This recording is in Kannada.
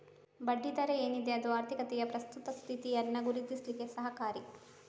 ಬಡ್ಡಿ ದರ ಏನಿದೆ ಅದು ಆರ್ಥಿಕತೆಯ ಪ್ರಸ್ತುತ ಸ್ಥಿತಿಯನ್ನ ಗುರುತಿಸ್ಲಿಕ್ಕೆ ಸಹಕಾರಿ